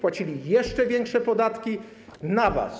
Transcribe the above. płacili jeszcze większe podatki na was.